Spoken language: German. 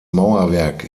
mauerwerk